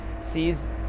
sees